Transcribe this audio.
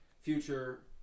future